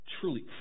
truly